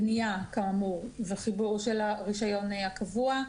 בניה כאמור וחיבור של הרישיון הקבוע.